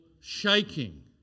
shaking